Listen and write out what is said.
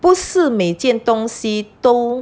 不是每件东西都